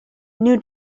new